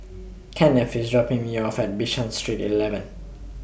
Kenneth IS dropping Me off At Bishan Street eleven